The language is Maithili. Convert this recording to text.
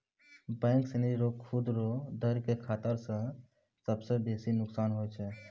बैंक सिनी रो सूद रो दर के खतरा स सबसं बेसी नोकसान होय छै